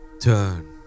Turn